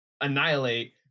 annihilate